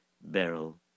Beryl